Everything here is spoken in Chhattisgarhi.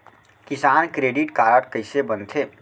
किसान क्रेडिट कारड कइसे बनथे?